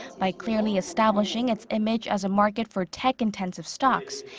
by clearly establishing its image as a market for tech-intensive stocks,